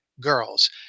girls